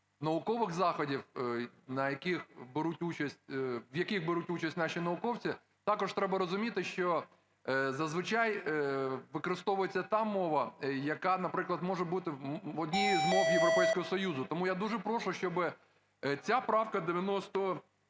наукових заходів, в яких беруть участь наші науковці. Також треба розуміти, що зазвичай використовується та мова, яка, наприклад, може бути однією з мов Європейського Союзу. Тому я дуже прошу, щоб ця правка 97 була